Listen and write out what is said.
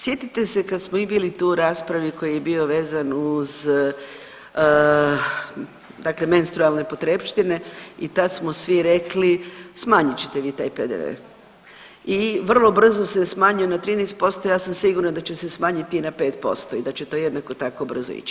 Sjetite se kad smo mi bili tu u raspravi koji je bio vezan uz dakle menstrualne potrepštine i tad smo svi rekli smanjit ćete vi taj PDV i vrlo brzo se smanjio na 13%, ja sam sigurna da će se smanjiti i na 5% i da će to jednako tako brzo ići.